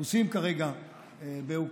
הרוסים כרגע באוקראינה.